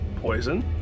poison